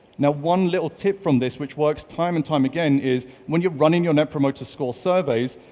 now, one little tip from this, which works time and time again is when you're running your net promoter score surveys.